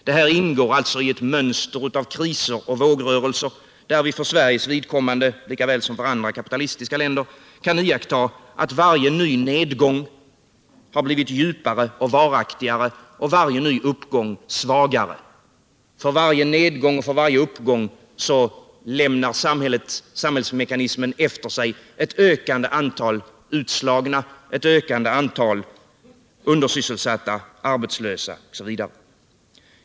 Detta ingår alltså i ett mönster av kriser och vågrörelser, där vi för Sveriges vidkommande lika väl som för andra kapitalistiska länder kan iaktta att varje ny nedgång blivit djupare och varaktigare och varje ny uppgång svagare. För varje nedgång och för varje uppgång lämnar samhällsmekanismen efter sig ett ökande antal utslagna, ett ökande antal undersysselsatta, arbetslösa OSV.